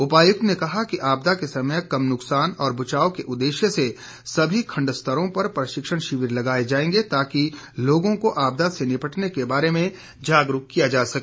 उपायुक्त ने कहा कि आपदा के समय कम नुकसान और बचाव के उददेश्य से सभी खंड स्तरों पर प्रशिक्षण शिविर लगाए जाएंगे ताकि लोगों को आपदा से निपटने के बारे जागरूक किया जा सके